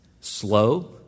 slow